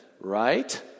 right